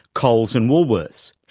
coles and woolworths.